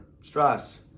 stress